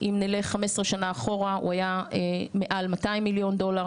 אם נלך 15 שנה אחורה הוא היה מעל 200 מיליון דולר.